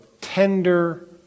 tender